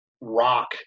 rock